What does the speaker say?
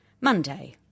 Monday